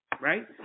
right